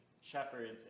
shepherds